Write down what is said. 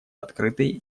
открытой